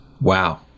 wow